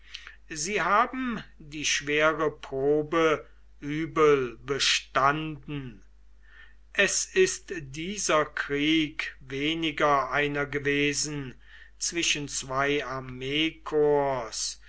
sie haben die schwere probe übel bestanden es ist dieser krieg weniger einer gewesen zwischen zwei armeekorps